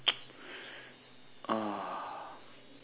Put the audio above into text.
uh